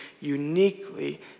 uniquely